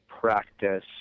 practice